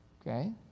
Okay